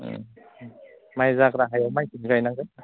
माइ जाग्रा हायाव माइखौनो गायनांगौ